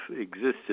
existed